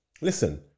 listen